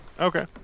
Okay